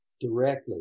directly